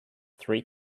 three